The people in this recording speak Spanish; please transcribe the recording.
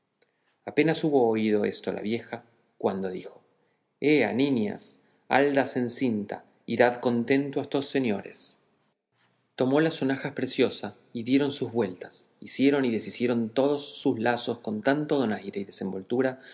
apenas hubo oído esto la vieja cuando dijo ea niñas haldas en cinta y dad contento a estos señores tomó las sonajas preciosa y dieron sus vueltas hicieron y deshicieron todos sus lazos con tanto donaire y